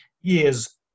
years